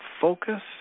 Focus